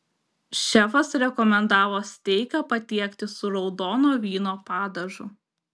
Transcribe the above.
šefas rekomendavo steiką patiekti su raudono vyno padažu